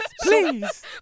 please